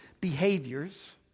behaviors